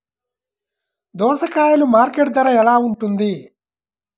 దోసకాయలు మార్కెట్ ధర ఎలా ఉంటుంది?